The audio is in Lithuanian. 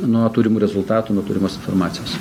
nuo turimų rezultatų nuo turimos informacijos